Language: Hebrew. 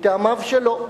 מטעמיו שלו.